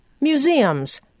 Museums